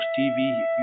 TV